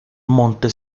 monte